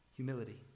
Humility